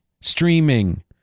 Streaming